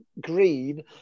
green